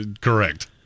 Correct